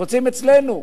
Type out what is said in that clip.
רוצים אצלנו.